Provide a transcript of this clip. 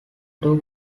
took